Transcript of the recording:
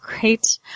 great